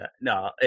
no